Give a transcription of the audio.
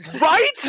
Right